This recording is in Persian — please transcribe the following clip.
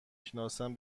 شناسم